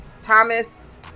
Thomas